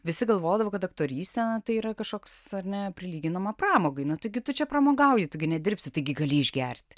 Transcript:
visi galvodavo kad aktorystė tai yra kažkoks ar ne prilyginama pramogai taigi tu čia pramogauji tu gi nedirbsi taigi gali išgerti